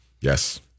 Yes